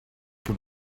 que